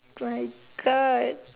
white card